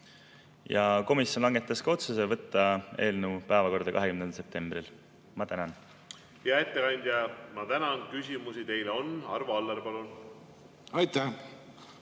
Ja komisjon langetas otsuse võtta eelnõu päevakorda 20. septembril. Ma tänan! Hea ettekandja, ma tänan! Küsimusi teile on. Arvo Aller, palun!